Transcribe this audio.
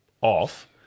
off